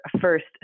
first